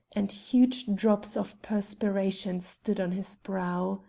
and huge drops of perspiration stood on his brow.